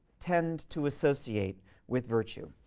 tend to associate with virtue.